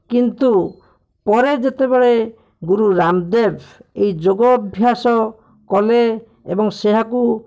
କିନ୍ତୁ ପରେ ଯେତେବେଳେ ଗୁରୁ ରାମଦେବ ଏହି ଯୋଗ ଅଭ୍ୟାସ କଲେ ଏବଂ ସେଇୟାକୁ